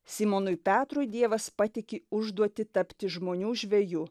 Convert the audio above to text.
simonui petrui dievas patiki užduotį tapti žmonių žveju